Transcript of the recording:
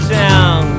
town